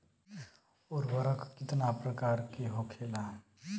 उर्वरक कितना प्रकार के होखेला?